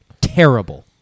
Terrible